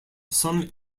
some